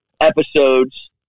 episodes